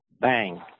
Bang